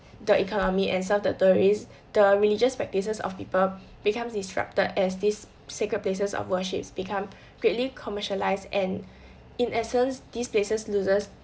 the economy and serve the tourists the religious practices of people becomes disrupted as this sacred places of worships become greatly commercialised and in essence these places loses